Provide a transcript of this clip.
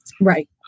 Right